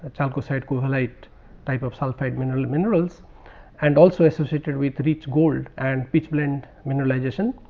ah chalcocite covellite type of sulphide mineral minerals and also associated with rich gold and pitchblende mineralization.